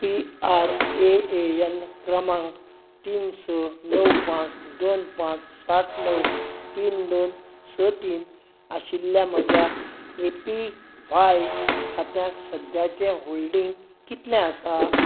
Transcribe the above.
P R A N क्रमांक तीन स णव पांच सात णव तीन दोन स तीन आशिल्ल्या म्हज्या ए पी व्हाय खात्यांत सद्याचें होल्डिंग कितलें आसा